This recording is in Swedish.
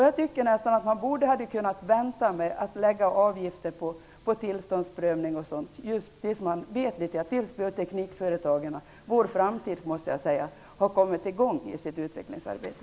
Jag tycker att vi borde kunna vänta med att avgiftsbelägga tillståndsprövning, tills bioteknikföretagen -- vår framtid -- har kommit i gång i sitt utvecklingsarbete.